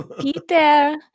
Peter